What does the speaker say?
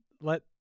let